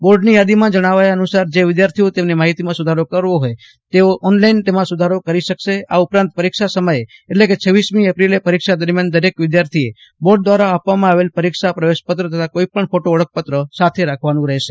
બોર્ડની યાદીમાં જજ્ઞાવ્યા અનુસાર જે વિદ્યાર્થીઓ તેમની માહિતીમાં સુધારો કરવો હોય તે ઓનલાઈન તેમાં સુધારો કરી શકશ આ ઉપરાંત પરીક્ષા સમયે એટલે કે છવ્વીસમી એપ્રિલે પરીક્ષા દરમિયાન દરેક વિદ્યાર્થીએ બોર્ડ દ્વારા આપવામાં આવેલ પરીક્ષા પ્રવેશ પત્ર તથા કોઈપજ્ઞ ફોટો ઓળખપત્ર સાથે રાખવાનું રહેશે